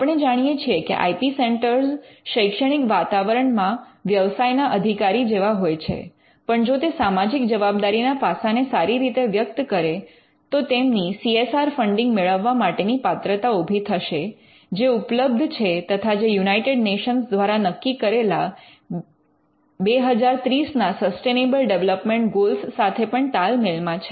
આપણે જાણીએ છીએ કે આઇ પી સેન્ટર શૈક્ષણિક વાતાવરણ માં વ્યવસાયના અધિકારી જેવા હોય છે પણ જો તે સામાજિક જવાબદારીના પાસાને સારી રીતે વ્યક્ત કરે તો તેમની સી એસ આર ફંડિંગ મેળવવા માટેની પાત્રતા ઊભી થશે જે ઉપલબ્ધ છે તથા જે યુનાઇટેડ નેશન્સ દ્વારા નક્કી કરેલા 2030ના સસ્ટેનેબલ ડિવેલપ્મન્ટ ગોલ સાથે પણ તાલમેલ માં છે